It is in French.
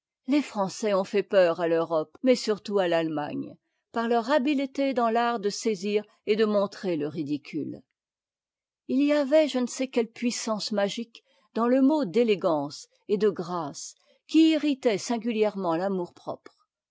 les français ont fait peur à l'europe mais surtout à l'allemagne par ieur habileté dans l'art de saisir et de montrer le ridicule il y avait je ne sais quelle puissance magique dans le mot d'élégance et de grâce qui irritait singulièrement